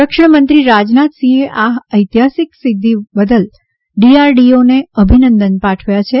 સંરક્ષણમંત્રી રાજનાથસિંહે આ ઐતિહાસિક સિદ્ધિ બદલ ડીઆરડીઓને અભિનંદન પાઠવ્યા છે